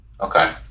Okay